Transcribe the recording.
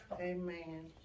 Amen